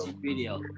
video